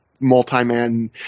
multi-man